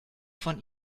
von